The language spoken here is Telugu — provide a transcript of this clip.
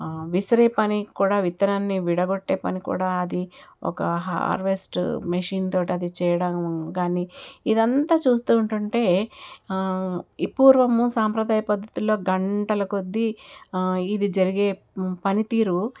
విసిరే పనికి కూడా విత్తనాన్ని విడగొట్టే పని కూడా అది ఒక హార్వెస్ట్ మిషన్తో అది చేయడం కానీ ఇదంతా చూస్తూ ఉంటుంటే ఈ పూర్వము సాంప్రదాయ పద్ధతుల్లో గంటలకొద్దీ ఇది జరిగే పని తీరు